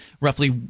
roughly